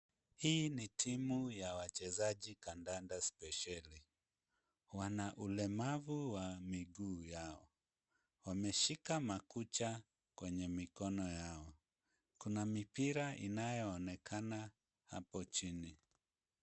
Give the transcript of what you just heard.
Hii ni timu ya wachezaji kandanda spesheli, wana ulemavu wa miguu yao, wameshika makucha kwenye mikono yao. Kuna mipira inayoonekana hapo chini.